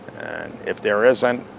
and if there isn't,